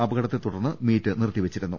അപകടത്തെത്തു ടർന്ന് മീറ്റ് നിർത്തിവെച്ചിരുന്നു